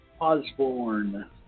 Osborne